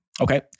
Okay